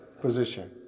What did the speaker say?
position